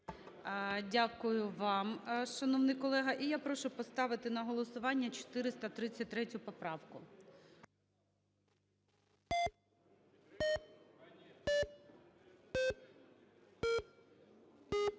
Дякую вам, шановний колего. І я прошу поставити на голосування 433 поправку.